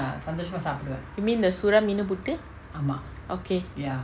you mean the sura meenu puttu meenu puttu okay